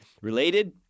related